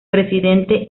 presidente